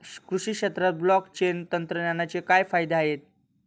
कृषी क्षेत्रात ब्लॉकचेन तंत्रज्ञानाचे काय फायदे आहेत?